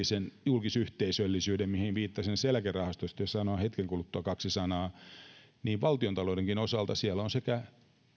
julkisyhteisöllisyyden mihin viittasin näissä eläkerahastoissa joista sanon hetken kuluttua kaksi sanaa niin valtiontaloudenkin osalta siellä on sekä